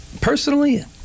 Personally